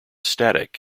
static